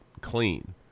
clean